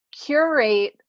curate